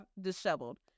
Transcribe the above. disheveled